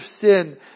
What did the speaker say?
sin